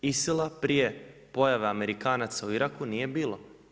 ISIL-a prije pojave Amerikanaca u Iraku nije bilo.